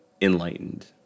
enlightened